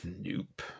Nope